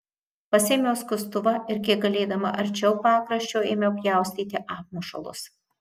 pasiėmiau skustuvą ir kiek galėdama arčiau pakraščio ėmiau pjaustyti apmušalus